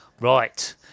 Right